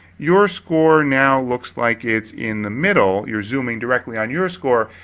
your score now looks like it's in the middle. you're zooming directly on your score,